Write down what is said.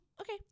Okay